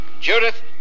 Judith